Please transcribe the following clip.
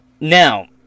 Now